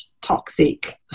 toxic